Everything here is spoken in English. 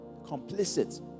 complicit